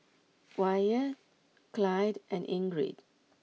Wyatt Clyde and Ingrid